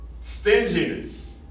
stinginess